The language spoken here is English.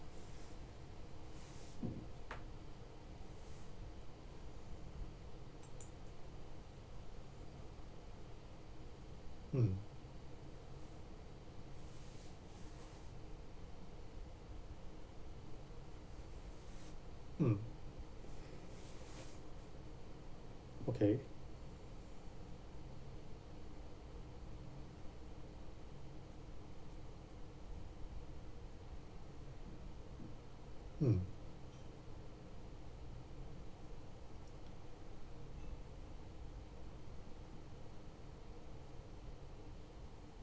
mm mm okay mm